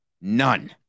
None